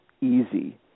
easy